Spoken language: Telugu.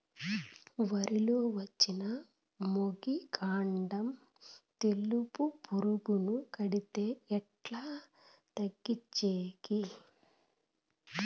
వరి లో వచ్చిన మొగి, కాండం తెలుసు పురుగుకు పడితే ఎట్లా తగ్గించేకి?